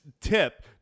tip